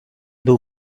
był